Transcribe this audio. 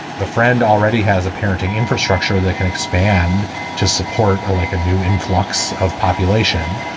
the friend already has a parenting infrastructure that can expand to support a like a new influx of population.